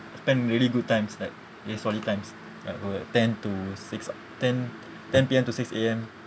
spend really good times like very solid times like uh ten to six ten ten P_M to six A_M